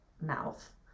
mouth